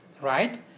right